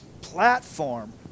platform